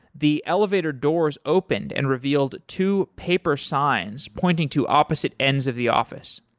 the elevator doors opened and revealed two paper signs pointing to opposite ends of the office.